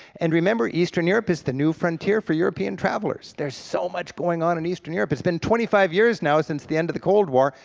and remember eastern europe is the new frontier for european travelers. there's so much going on in eastern europe, it's been twenty five years now since the end of the cold war,